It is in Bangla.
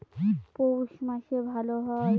পৌষ মাসে ভালো হয়?